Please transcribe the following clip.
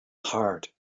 hard